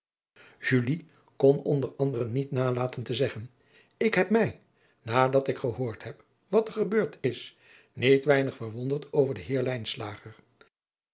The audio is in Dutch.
kon onder anderen niet nalaten te zeggen k heb mij nadat ik gehoord heb wat er gebeurd is niet weinig verwonderd over den eer